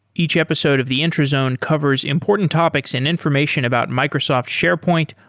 each episode of the intrazone covers important topics and information about microsoft sharepoint,